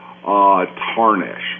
tarnish